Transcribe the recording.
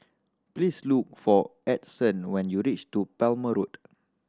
please look for Edson when you reach to Palmer Road